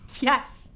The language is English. Yes